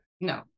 No